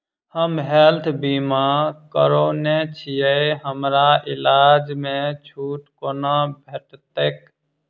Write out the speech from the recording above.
हम हेल्थ बीमा करौने छीयै हमरा इलाज मे छुट कोना भेटतैक?